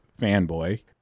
fanboy